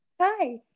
Hi